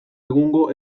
egungo